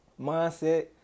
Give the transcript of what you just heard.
Mindset